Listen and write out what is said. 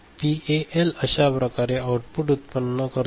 PAL अशाप्रकारे output उत्पन्न करतो